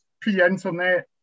pre-internet